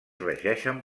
regeixen